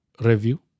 review